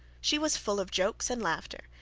she was full of jokes and laughter,